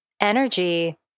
energy